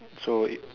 so is